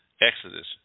Exodus